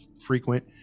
frequent